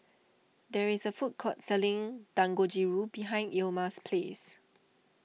there is a food court selling Dangojiru behind Ilma's house